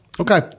okay